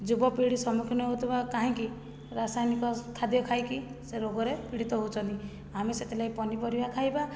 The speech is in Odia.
ଯୁବପିଢ଼ି ସମ୍ମୁଖୀନ ହେଉଥିବା କାହିଁକି ରାସାୟନିକ ଖାଦ୍ୟ ଖାଇକି ସେ ରୋଗରେ ପୀଡ଼ିତ ହେଉଛନ୍ତି ଆମେ ସେଥିଲାଗି ପନିପରିବା ଖାଇବା